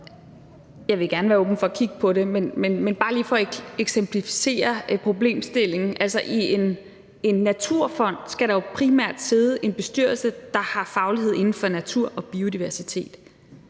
Jeg vil gerne være åben for at kigge på det. Men bare lige for at eksemplificere problemstillingen: I en naturfond skal der jo primært sidde en bestyrelse, der har faglighed inden for natur og biodiversitet,